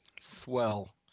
Swell